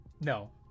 No